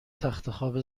تختخواب